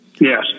yes